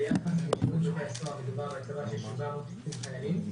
ביחס לשב"ס מדובר בהצבה של 760 חיילים.